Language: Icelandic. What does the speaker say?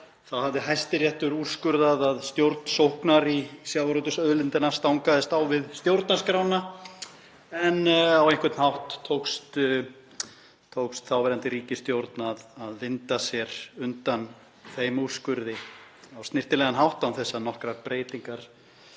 Þá hafði Hæstiréttur úrskurðað að stjórn sóknar í sjávarútvegsauðlindina stangaðist á við stjórnarskrána, en á einhvern hátt tókst þáverandi ríkisstjórn að vinda sér undan þeim úrskurði á snyrtilegan hátt án þess að nokkrar breytingar